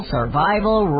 Survival